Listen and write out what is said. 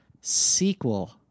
sequel